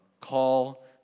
call